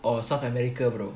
or south america bro